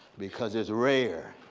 because it's rare.